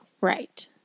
Right